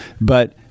but-